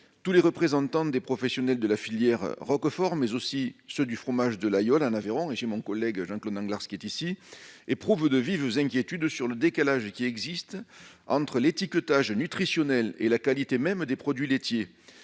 Tous les représentants des professionnels de la filière du roquefort, mais aussi ceux de la fourme de Laguiole, en Aveyron- mon collègue Jean-Claude Anglars peut en témoigner -, éprouvent de vives inquiétudes quant au décalage qui existe entre l'étiquetage nutritionnel et la qualité même des produits laitiers